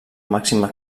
màxima